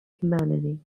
humanity